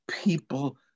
People